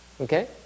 Okay